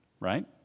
right